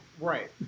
Right